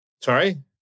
Sorry